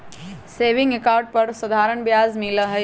saving account पर साधारण ब्याज मिला हई